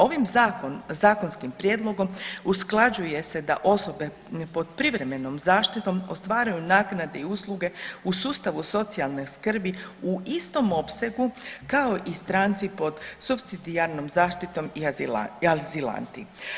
Ovim zakonskim prijedlogom usklađuje se da osobe pod privremenom zaštitom ostvaruju naknade i usluge u sustavu socijalne skrbi u istom opsegu kao i stranci pod supsidijarnom zaštitom i azilanti.